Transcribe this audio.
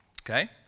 Okay